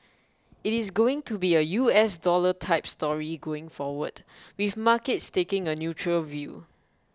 it is going to be a U S dollar type story going forward with markets taking a neutral view